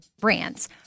brands